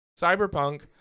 cyberpunk